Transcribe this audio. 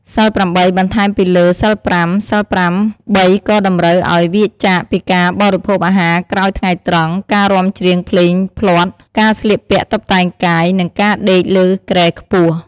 សីលប្រាំបី បន្ថែមពីលើសីលប្រាំ សីលប្រាំបីក៏តម្រូវឱ្យវៀរចាកពីការបរិភោគអាហារក្រោយថ្ងៃត្រង់ ការរាំច្រៀងភ្លេងភ្លាត់ ការស្លៀកពាក់តុបតែងកាយ និងការដេកលើគ្រែខ្ពស់។